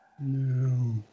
No